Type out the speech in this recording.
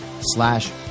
slash